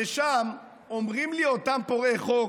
ושם אומרים לי אותם פורעי חוק,